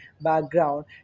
background